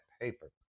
paper